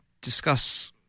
discuss